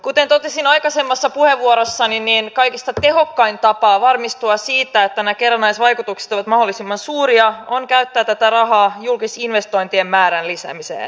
kuten totesin aikaisemmassa puheenvuorossani niin kaikista tehokkain tapa varmistua siitä että nämä kerrannaisvaikutukset ovat mahdollisimman suuria on käyttää tätä rahaa julkisinvestointien määrän lisäämiseen